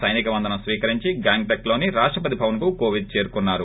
సైనిక వందనం స్వీకరించి గ్యాంగ్ టక్ లోని రాష్టిపతి భవన్ కు కోవింద్ చేరుకున్నారు